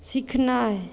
सिखनाइ